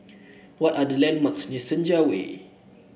what are the landmarks near Senja Way